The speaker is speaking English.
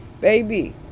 baby